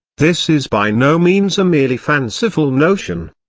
this is by no means a merely fanciful notion.